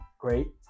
Great